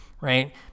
right